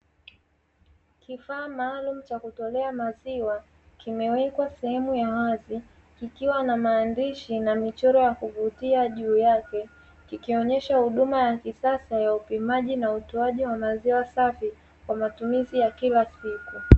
Kifaa maalumu cha kutolea maziwa kimewekwa sehemu ya wazi, kikiwa na maandishi na michoro ya kuvutia juu yake, kikionyesha huduma ya kisasa ya upimaji na utoaji wa maziwa safi kwa matumizi ya kila siku.